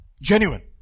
Genuine